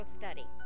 study